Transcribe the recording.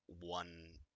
one